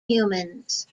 humans